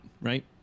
right